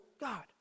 God